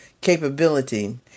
capability